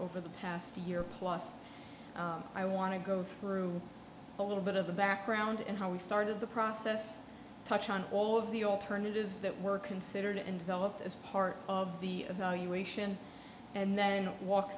over the past year plus i want to go through a little bit of the background and how we started the process touch on all of the alternatives that were considered and developed as part of the evaluation and then walk